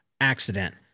Accident